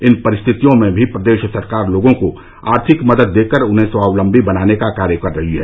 इन परिस्थितियों में भी प्रदेश सरकार लोगों को आर्थिक मदद देकर उन्हें स्वावलम्बी बनाने का कार्य कर रही है